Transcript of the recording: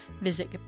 Visit